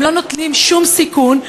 הם לא נוטלים שום סיכון.